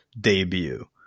debut